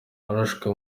arashwe